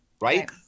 right